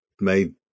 made